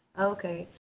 Okay